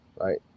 right